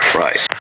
right